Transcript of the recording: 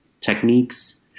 techniques